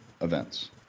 events